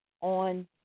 on